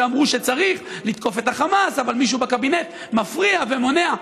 שאמרו שצריך לתקוף את החמאס אבל מישהו בקבינט מפריע ומונע.